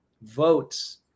votes